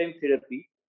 therapy